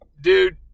dude